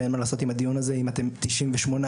ואין מה לעשות עם הדיון הזה אם תשעים ושמונה